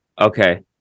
okay